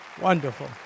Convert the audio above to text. Wonderful